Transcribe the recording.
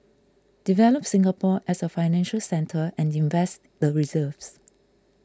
develop Singapore as a financial centre and invest the reserves